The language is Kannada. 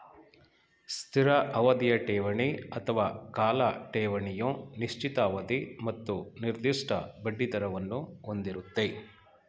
ಸ್ಥಿರ ಅವಧಿಯ ಠೇವಣಿ ಅಥವಾ ಕಾಲ ಠೇವಣಿಯು ನಿಶ್ಚಿತ ಅವಧಿ ಮತ್ತು ನಿರ್ದಿಷ್ಟ ಬಡ್ಡಿದರವನ್ನು ಹೊಂದಿರುತ್ತೆ